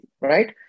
right